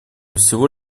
всего